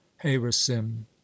heresim